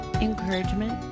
Encouragement